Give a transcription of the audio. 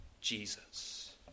Jesus